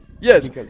Yes